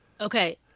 Okay